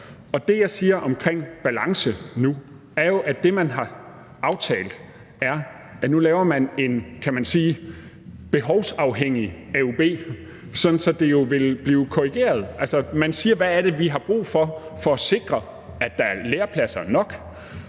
Det, jeg siger nu om balance, er jo, at det, man har aftalt, er, at nu laver man en, kan man sige, behovsafhængig AUB-ordning, sådan at det vil blive korrigeret. Altså, man spørger: Hvad er det, vi har brug for for at sikre, at der er lærepladser nok,